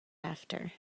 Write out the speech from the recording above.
after